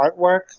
artwork